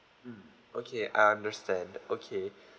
mm okay I understand okay